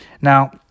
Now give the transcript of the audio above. now